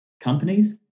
companies